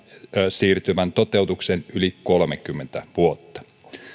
siirtyvää toteutusta yli kolmekymmentä vuotta